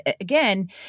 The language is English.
again